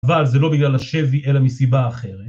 אבל זה לא בגלל השבי, אלא מסיבה אחרת.